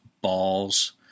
balls